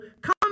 Come